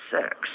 sex